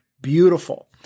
beautiful